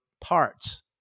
parts